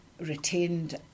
retained